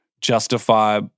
justify